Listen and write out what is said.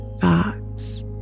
thoughts